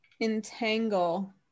Entangle